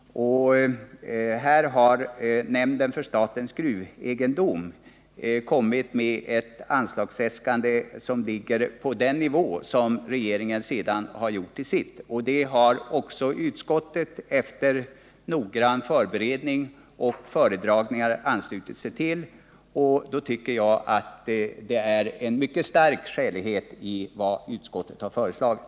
Nämnden för statens gruvegendom har lagt fram ett anslagsäskande som ligger på den nivå som regeringen sedan har stannat för. Det förslaget har också utskottet efter noggranna förberedelser och föredragningar anslutit sig till. Det finns således enligt min uppfattning mycket starka skäl för vad utskottet föreslagit.